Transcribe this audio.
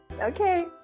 Okay